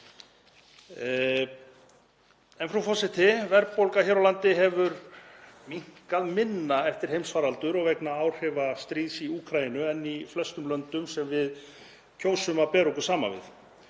Frú forseti. Verðbólgan hér á landi hefur minnkað minna eftir heimsfaraldur og vegna áhrifa stríðs í Úkraínu en í flestum löndum sem við kjósum að bera okkur saman við.